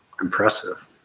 Impressive